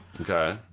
Okay